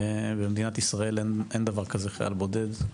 במדינת ישראל אין דבר כזה חייל בודד.